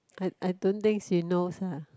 I I don't think she knows ah